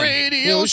Radio